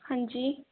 ਹਾਂਜੀ